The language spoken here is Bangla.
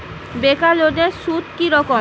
বেকার লোনের সুদ কি রকম?